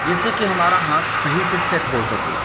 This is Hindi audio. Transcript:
जिससे कि हमारा हाथ सही से सेट हो सके